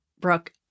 Brooke